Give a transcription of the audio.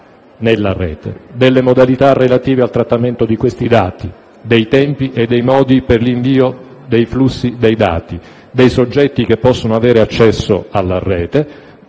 nella Rete; delle modalità relative al trattamento di questi dati; dei tempi e dei modi per l'invio dei flussi dei dati; dei soggetti che possono avere accesso alla Rete;